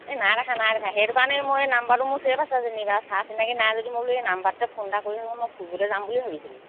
এই নাই দেখা নাই দেখা সেইটো কাৰণে মই এই নাম্বাৰটো মোৰ ছেইভ আছে যেনিবা চা চিনাকি নাই যদিও মই বোলো এই নাম্বাৰটোতে ফোন এটা কৰি চাওঁচোন মই ফুৰিবলৈ যাম বুলি ভাবিছিলোঁ